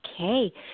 Okay